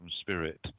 spirit